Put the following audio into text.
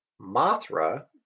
Mothra